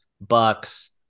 Bucks